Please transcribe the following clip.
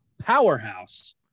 powerhouse